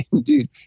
Dude